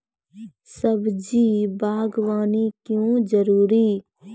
सब्जी बागवानी क्यो जरूरी?